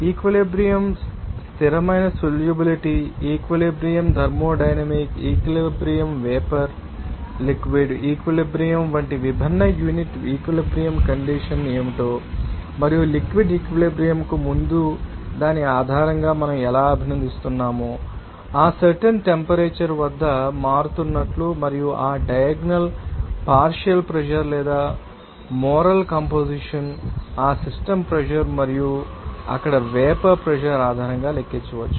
ఈక్వలెబ్రియంస్థిరమైన solubility equilibrium thermodynamic equilibrium vapour liquid equilibrium వంటి విభిన్న unit equilibrium condition ఏమిటో మరియు లిక్విడ్ ఈక్వలెబ్రియంకు ముందు దాని ఆధారంగా మనం ఎలా అభినందిస్తున్నామో ఆ సర్టెన్ టెంపరేచర్ వద్ద మారుతున్నట్లు మరియు ఆ డయాగ్నల్ పార్షియల్ ప్రెషర్ లేదా మోరల్ కంపొజిషన్ ఆ సిస్టమ్ ప్రెషర్ మరియు అక్కడ వేపర్ ప్రెషర్ ఆధారంగా లెక్కించవచ్చు